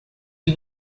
que